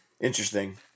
Interesting